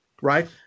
right